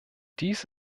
dies